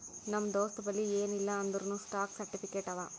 ನಮ್ ದೋಸ್ತಬಲ್ಲಿ ಎನ್ ಇಲ್ಲ ಅಂದೂರ್ನೂ ಸ್ಟಾಕ್ ಸರ್ಟಿಫಿಕೇಟ್ ಅವಾ